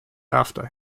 after